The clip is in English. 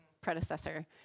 predecessor